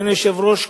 אדוני היושב-ראש,